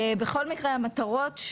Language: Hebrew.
בכל מקרה,